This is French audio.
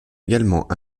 également